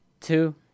two